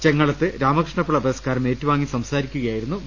ചെങ്ങളത്ത് Ramakrishna Pillai പുരസ്കാരം ഏറ്റുവാങ്ങി സംസാരിക്കുകയായി രുന്നു വി